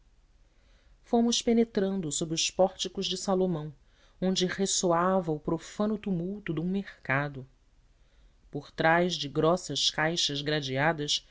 fomos penetrando sob os pórticos de salomão onde ressoava o profano tumulto de um mercado por trás de grossas caixas gradeadas